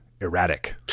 erratic